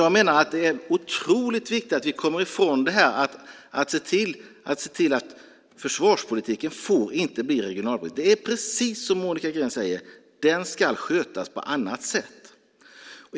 Jag menar att det är otroligt viktigt att vi ser till att försvarspolitiken inte får bli regionalpolitik. Det är precis som Monica Green säger: Den ska skötas på annat sätt.